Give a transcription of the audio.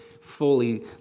fully